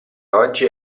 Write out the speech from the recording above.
oggi